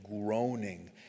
groaning